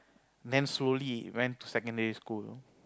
then slowly it went to secondary school